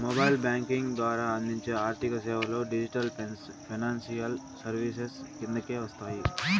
mobile banking ద్వారా అందించే ఆర్థిక సేవలు డిజిటల్ ఫైనాన్షియల్ సర్వీసెస్ కిందకే వస్తాయి